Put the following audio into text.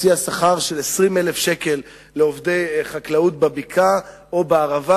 נציע שכר של 20,000 שקל לעובדי חקלאות בבקעה או בערבה.